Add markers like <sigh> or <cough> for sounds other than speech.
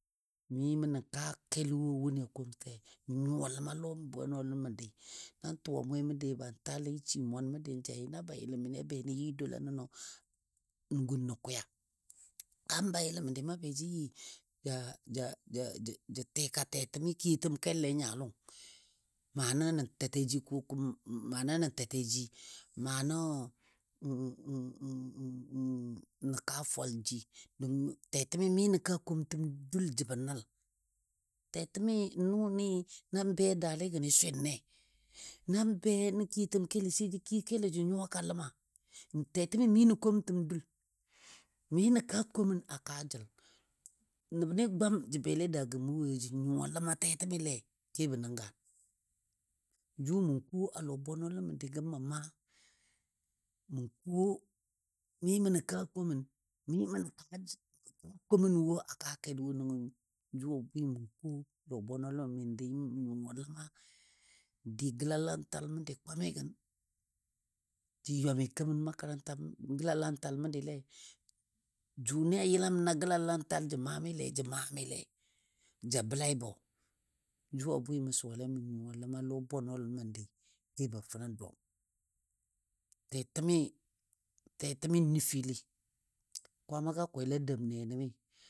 Mi mə nə kaa kel wo a wʊnɨ a komsa n nyuwa ləma lɔ bwenɔli məndi nan tuwa mwemo be ban tali n shi mwan məndi jai na bayɨləm məndi a be nən yɨ dwala nəno nən gun nə kwiya. Kaam bayɨləm məndi ma be jə yɨ jə ja <hesitation> tika tɛtɛmi kiyotəm kele a nyanga lɔng ma na nən tɛtɛji nano <hesitation> nən kaa fwalji don tɛtɛmi nən kaa komtəm dul jəbɔ nəl. Tɛtɛmi nʊni nan be daligəni swɨle, nan be nən kiyotəm keli sai jə kiyo kelo jə nyuwaka ləma. Tɛtɛmi mi nən komtəm dul, mi nən kaa komən a kaa jəl. Nəbni gwam jə bele daagɔ mə woi jə nyuwa ləma tɛtɛmile kebɔ nən gaan. Jʊ mə ko a lɔ bwenɔlən məndi gəm nə maa mə ko mi mə nən kaa komən mi mə nən kaa komən wo a kaa kel wo nəngɔ jʊ bwɨ mə ko a lɔ bwenɔlən məndi n nyuwa ləma, n dɨ gəlanlatal məndi kwaami gən jə ywami kemən gəlalantal məndile. Jʊnɨ a yəlam na gəlanlantal jə ma mile jə man mile ja bəlaibo jʊ a bwɨ mə suwale mən nyuwa ləma lɔbwenɔlən məndi kebo fou nən dɔm. tɛtɛmi tɛtɛmi nəfili kwaama a kwel a dem nɛnɛmi.